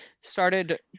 started